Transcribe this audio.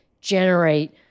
generate